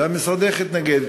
ומשרדך התנגד להצעה.